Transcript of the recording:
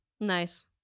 Nice